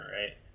right